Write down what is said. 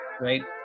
right